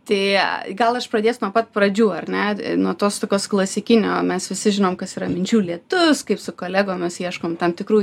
tai gal aš pradėsiu nuo pat pradžių ar ne nuo tos tokios klasikinio mes visi žinom kas yra minčių lietus kaip su kolegomis ieškom tam tikrų